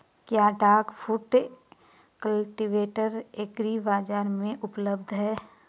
क्या duck foot cultivator agri बाज़ार में उपलब्ध है?